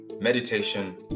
meditation